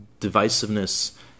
divisiveness